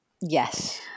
yes